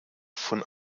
von